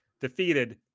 defeated